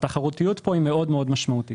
התחרותיות פה היא משמעותית מאוד.